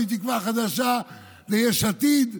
מתקווה חדשה ליש עתיד.